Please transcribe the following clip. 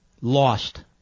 lost